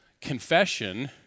Confession